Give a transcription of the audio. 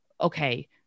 okay